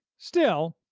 still,